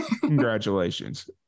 congratulations